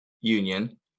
union